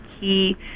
key